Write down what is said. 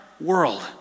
world